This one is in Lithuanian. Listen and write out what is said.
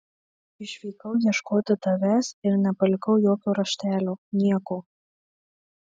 išvykau ieškoti tavęs ir nepalikau jokio raštelio nieko